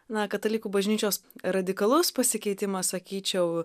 na katalikų bažnyčios radikalus pasikeitimas sakyčiau